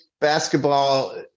basketball